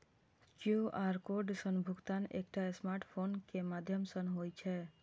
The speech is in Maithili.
क्यू.आर कोड सं भुगतान एकटा स्मार्टफोन के माध्यम सं होइ छै